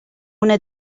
una